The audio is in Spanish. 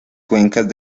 cuencas